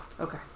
Okay